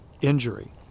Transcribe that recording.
injury